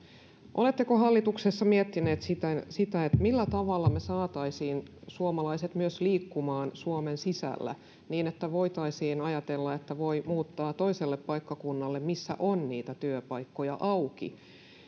oletteko hallituksessa miettineet sitä sitä millä tavalla me saisimme suomalaiset myös liikkumaan suomen sisällä niin että voitaisiin ajatella että voi muuttaa toiselle paikkakunnalle missä on niitä työpaikkoja auki